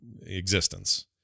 existence